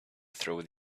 through